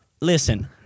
listen